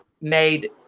made